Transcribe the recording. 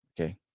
Okay